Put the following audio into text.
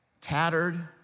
tattered